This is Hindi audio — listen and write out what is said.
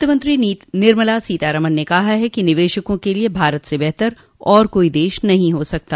वित्तमंत्री निर्मला सीतारमन ने कहा है कि निवेशकों के लिए भारत से बेहतर और कोई देश नहीं हो सकता